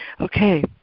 okay